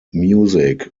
music